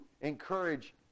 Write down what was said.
encourage